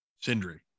Sindri